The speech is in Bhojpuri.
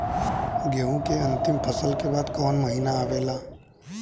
गेहूँ के अंतिम फसल के बाद कवन महीना आवेला?